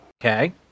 Okay